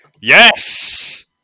Yes